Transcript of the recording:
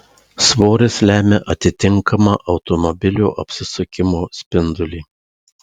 svoris lemia atitinkamą automobilio apsisukimo spindulį